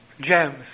jams